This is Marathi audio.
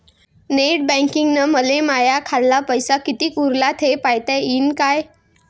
नेट बँकिंगनं मले माह्या खाल्ल पैसा कितीक उरला थे पायता यीन काय?